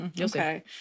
Okay